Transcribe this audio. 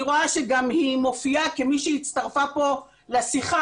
אני רואה שגם היא מופיעה כמי שהצטרפה כאן לשיחה.